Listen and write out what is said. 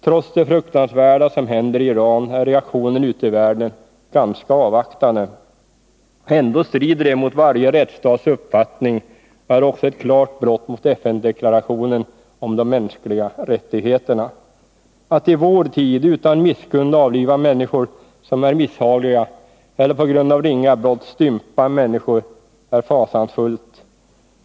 Trots det fruktansvärda som händer i Iran är reaktionen ute i världen ganska avvaktande. Ändå strider det mot varje rättsstats uppfattning och är också ett klart brott mot FN-deklarationen om de mänskliga rättigheterna. Att i vår tid utan misskund avliva människor som är misshagliga eller att på grund av ringa brott stympa människor är fasansfullt.